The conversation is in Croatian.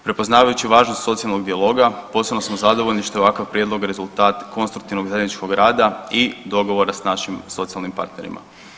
Prepoznavajući važnost socijalnog dijaloga, posebno smo zadovoljni što je ovakav prijedlog rezultat konstruktivnog zajedničkog rada i dogovora s našim socijalnim partnerima.